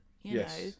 Yes